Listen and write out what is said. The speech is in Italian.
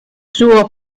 suo